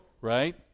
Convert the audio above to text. right